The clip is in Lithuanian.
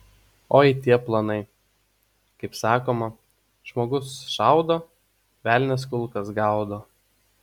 oi tie planai kaip sakoma žmogus šaudo velnias kulkas gaudo